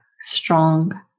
strong